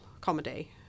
comedy